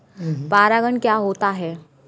परागण क्या होता है?